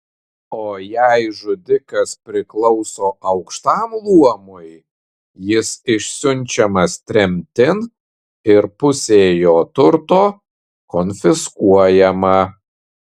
o jei žudikas priklauso aukštam luomui jis išsiunčiamas tremtin ir pusė jo turto konfiskuojama